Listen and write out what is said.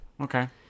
Okay